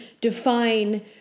define